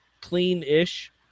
clean-ish